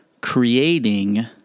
creating